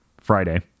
Friday